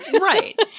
Right